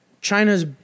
China's